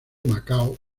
macao